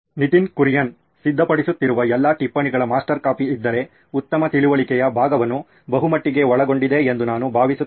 ನಿತಿನ್ ಕುರಿಯನ್ ಸಿದ್ಧಪಡಿಸುತ್ತಿರುವ ಎಲ್ಲಾ ಟಿಪ್ಪಣಿಗಳ ಮಾಸ್ಟರ್ ಕಾಪಿ ಇದ್ದರೆ ಉತ್ತಮ ತಿಳುವಳಿಕೆಯ ಭಾಗವನ್ನು ಬಹುಮಟ್ಟಿಗೆ ಒಳಗೊಂಡಿದೆ ಎಂದು ನಾನು ಭಾವಿಸುತ್ತೇನೆ